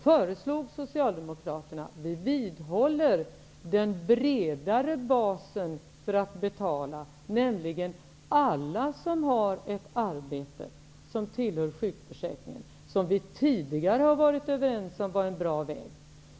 Vi socialdemokrater vidhåller den bredare basen för att betala, och vi föreslog att alla som har ett arbete, som tillhör sjukförsäkringen, skulle bidra. Vi har tidigare varit överens om att det är en bra väg.